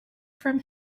from